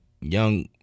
young